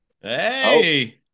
Hey